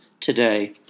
Today